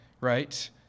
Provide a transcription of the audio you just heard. right